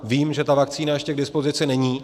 Vím, že ta vakcína ještě k dispozici není.